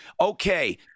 Okay